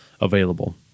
available